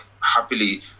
happily